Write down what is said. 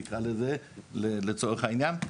נקרא לזה לצורך העניין.